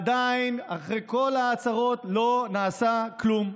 עדיין, אחרי כל ההצהרות, לא נעשה כלום.